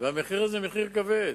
והמחיר הזה מחיר כבד.